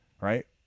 right